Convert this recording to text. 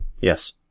Yes